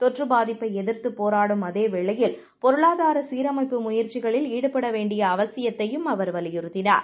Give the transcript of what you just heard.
தொற்றுபாதிப்பைஎதிர்த்துபோராடும்அதேவேளையில் பொருளாதாரசீரமைப்புமுயற்சிகளில்ஈடுபடவேண்டிய அவசியத்தையும்அவர்வலியுறுத்தினார்